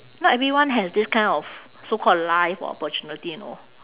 not everyone has this kind of so called life or opportunity you know